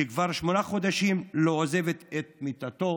שכבר שמונה חודשים לא עוזבת את מיטתו